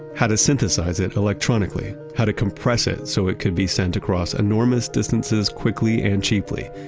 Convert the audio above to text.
how to synthesize it electronically, how to compress it so it could be sent across enormous distances quickly and cheaply,